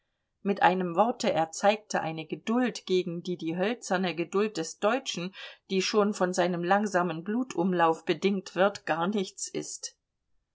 mit einem worte er zeigte eine geduld gegen die die hölzerne geduld des deutschen die schon von seinem langsamen blutumlauf bedingt wird gar nichts ist